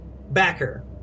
backer